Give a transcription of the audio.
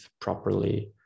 properly